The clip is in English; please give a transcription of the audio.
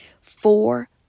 four